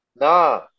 Nah